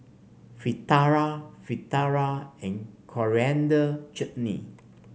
Fritada Fritada and Coriander Chutney